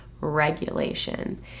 regulation